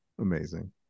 Amazing